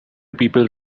people